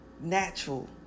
natural